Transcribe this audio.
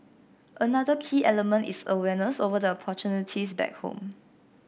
another key element is awareness over the opportunities back home